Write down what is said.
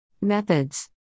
Methods